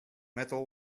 metal